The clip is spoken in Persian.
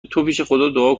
دعا